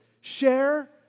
share